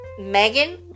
Megan